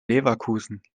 leverkusen